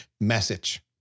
Message